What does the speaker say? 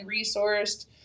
resourced